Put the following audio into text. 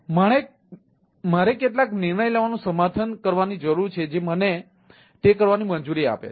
તેથી મારે કેટલાક નિર્ણય લેવાનું સમર્થન કરવાની જરૂર છે જે મને તે કરવાની મંજૂરી આપે છે